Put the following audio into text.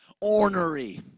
Ornery